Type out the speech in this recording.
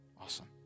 Awesome